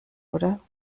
oder